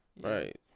right